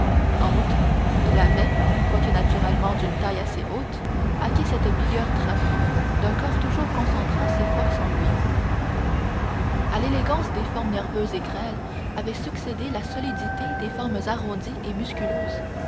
en outre il avait quoique naturellement d'une taille assez haute acquis cette vigueur trapue d'un corps toujours concentrant ses forces en lui à l'élégance des formes nerveuses et grêles avait succédé la solidité des formes arrondies et musculeuses